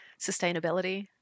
sustainability